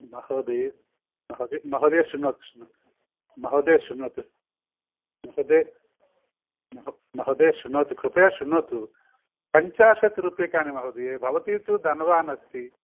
महोदये महोदये महोदये शुण शुण् महोदये शृणोतु महोदये महो महोदये शृणोतु कृपया शृणोतु पञ्चाशत् रूप्यकाणि महोदये भवती तु धनवती अस्ति